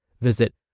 Visit